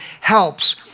helps